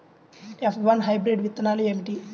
F one hybrid విత్తనాలు ఏమిటి?